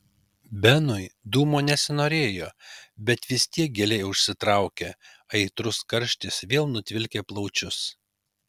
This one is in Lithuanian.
benui dūmo nesinorėjo bet vis tiek giliai užsitraukė aitrus karštis vėl nutvilkė plaučius